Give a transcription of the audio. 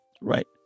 right